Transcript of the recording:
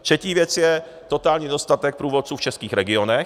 Třetí věc je totální nedostatek průvodců v českých regionech.